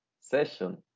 session